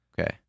Okay